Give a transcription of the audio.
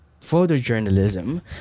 photojournalism